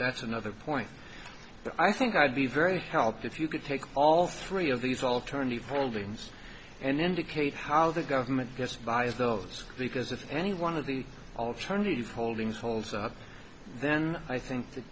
that's another point i think i'd be very help if you could take all three of these alternative holdings and indicate how the government just buys those because if any one of the alternative holdings holds up then i think